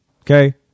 Okay